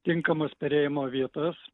tinkamas perėjimo vietas